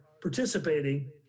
participating